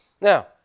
Now